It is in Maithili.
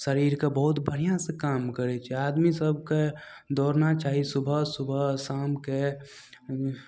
शरीरके बहुत बढ़िआँसँ काम करय छै आदमी सबके दौड़ना चाही सुबह सुबह शामके